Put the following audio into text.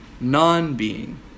non-being